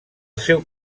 seu